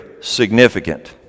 significant